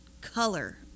color